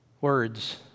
words